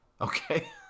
Okay